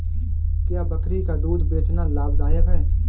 क्या बकरी का दूध बेचना लाभदायक है?